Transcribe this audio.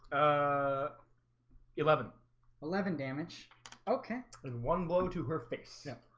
ah eleven eleven damage okay and one blow to her face. yep.